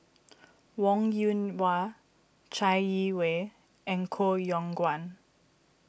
Wong Yoon Wah Chai Yee Wei and Koh Yong Guan